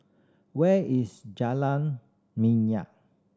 where is Jalan Minyak